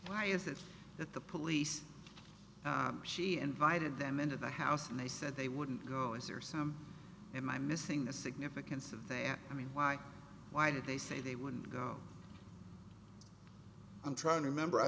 why is it that the police she invited them into the house and they said they wouldn't go is there some and i'm missing the significance of that i mean why why did they say they wouldn't go on trying to remember i